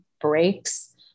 breaks